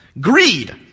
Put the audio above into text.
greed